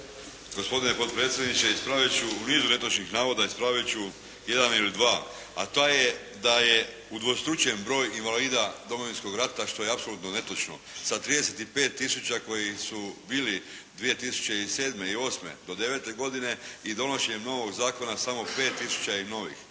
Gospodine potpredsjedniče, ispraviti ću u nizu netočnih navoda, ispraviti ću jedan ili dva. A taj je da je udvostručen broj invalida Domovinskog rata što je apsolutno netočno sa 35 tisuća koji su bili 2007. i 08. do 09. godine i donošenjem novoga Zakona samo 5 tisuća je novih.